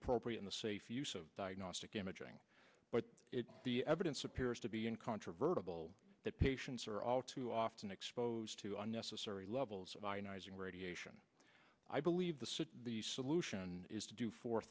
appropriate in the safe use of diagnostic imaging but the evidence appears to be incontrovertibly that patients are all too often exposed to unnecessary levels of ionizing radiation i believe the the solution is to do fo